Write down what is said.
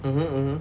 mmhmm mmhmm